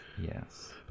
Yes